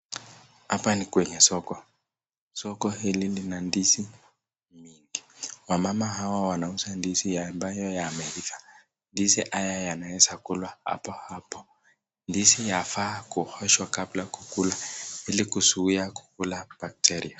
Hapa ni kwenye soko soko hili ni la ndizi nyingi ,wamama hawa wanauza ndizi ambayo yameiva ndizi haya yanaweza kulwa hapa hapa ndizi yafaa kuoshwa kabla ya kukula ili kuzuia kula bakteria.